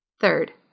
Third